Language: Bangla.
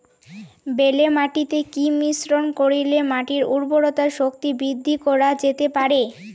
বেলে মাটিতে কি মিশ্রণ করিলে মাটির উর্বরতা শক্তি বৃদ্ধি করা যেতে পারে?